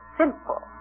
simple